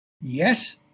Yes